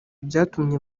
byatumye